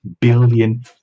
billion